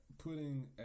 putting